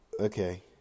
Okay